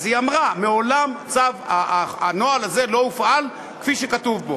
אז היא אמרה: מעולם הנוהל הזה לא הופעל כפי שכתוב בו.